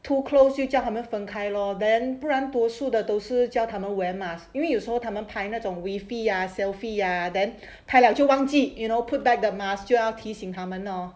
too close 就叫他们分开 lor then 不然毒素的都是教堂 wear mask 因为有时候他们拍那种 wefie ah selfie ah then 他俩就忘记 you know put back the masks 就要提醒他们 lor